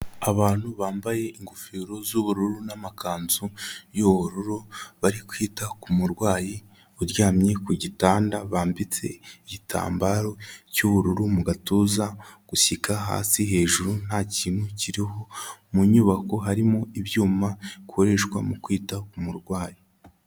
Abantu bambaye ingofero z'ubururu n'amakanzu y'ubururu bari kwita ku murwayi uryamye ku gitanda bambitse igitambaro cy'ubururu mu gatuza gushyika hasi, hejuru nta kintu kiriho, mu nyubako harimo ibyuma bikoreshwa mu kwita ku murwayi.